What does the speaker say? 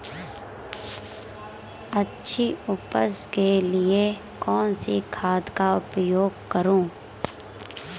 अच्छी उपज के लिए कौनसी खाद का उपयोग करूं?